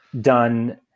done